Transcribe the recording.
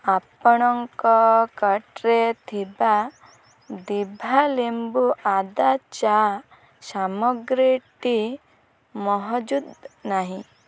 ଆପଣଙ୍କ କାର୍ଟ୍ରେ ଥିବା ଦିଭା ଲେମ୍ବୁ ଅଦା ଚା' ସାମଗ୍ରୀଟି ମହଜୁଦ ନାହିଁ